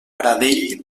pradell